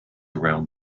around